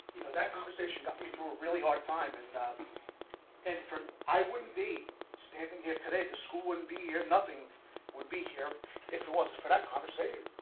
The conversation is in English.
that conversation not be through a really hard time but at that and for i wouldn't be standing here today the school wouldn't be here nothing would be here if it wasn't for that conversation